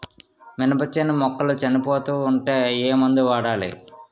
మినప చేను మొక్కలు చనిపోతూ ఉంటే ఏమందు వాడాలి?